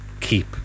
keep